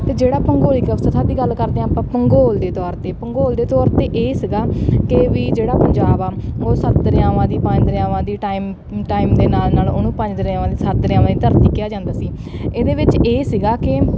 ਅਤੇ ਜਿਹੜਾ ਭੂੰਗੋਲਿਕ ਦੀ ਗੱਲ ਕਰਦੇ ਹਾਂ ਆਪਾਂ ਭੂੰਗੋਲ ਦੇ ਤੌਰ 'ਤੇ ਭੂੰਗੋਲ ਦੇ ਤੌਰ 'ਤੇ ਇਹ ਸੀਗਾ ਕਿ ਵੀ ਜਿਹੜਾ ਪੰਜਾਬ ਆ ਉਹ ਸੱਤ ਦਰਿਆਵਾਂ ਦੀ ਪੰਜ ਦਰਿਆਵਾਂ ਦੀ ਟਾਈਮ ਟਾਈਮ ਦੇ ਨਾਲ ਨਾਲ ਉਹਨੂੰ ਪੰਜ ਦਰਿਆਵਾਂ ਦੀ ਸੱਤ ਦਰਿਆਵਾਂ ਦੀ ਧਰਤੀ ਕਿਹਾ ਜਾਂਦਾ ਸੀ ਇਹਦੇ ਵਿੱਚ ਇਹ ਸੀਗਾ ਕਿ